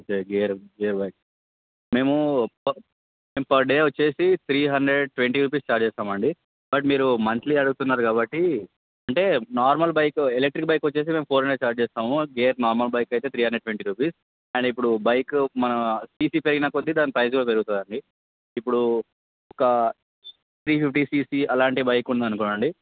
okay gear gear bike మేము ప మేము పర్ డే వచ్చి three hundred twenty rupees charge చేస్తాం అండి బట్ మీరు మంత్లీ అడుగుతున్నారు కాబట్టి అంటే నార్మల్ బైకు ఎలెక్ట్రిక్ బైక్ వచ్చి మేము ఫోర్ హండ్రెడ్ ఛార్జ్ చేస్తాము గేర్ నార్మల్ బైక్ అయితే three hundred twenty rupees and ఇప్పుడు బైక్ మా సీసీ పెరిగిన కొద్దీ దాని ప్రైస్ కూడా పెరుగుతుంది అండి ఇప్పుడు ఒక త్రీ ఫిఫ్టీ సీసీ అలాంటి బైక్ ఉంది అనుకోండి